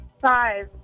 Five